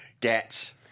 get